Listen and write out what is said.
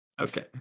Okay